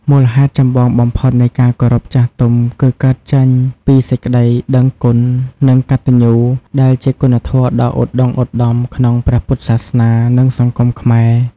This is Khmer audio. មូលហេតុចម្បងបំផុតនៃការគោរពចាស់ទុំគឺកើតចេញពីសេចក្តីដឹងគុណ និងកតញ្ញូ ដែលជាគុណធម៌ដ៏ឧត្តុង្គឧត្តមក្នុងព្រះពុទ្ធសាសនា និងសង្គមខ្មែរ។